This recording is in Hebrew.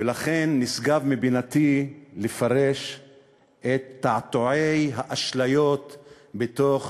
ולכן נשגב מבינתי לפרש את תעתועי האשליות בתוך